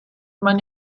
man